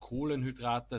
kohlenhydrate